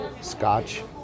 scotch